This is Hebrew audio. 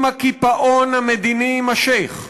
אם הקיפאון המדיני יימשך,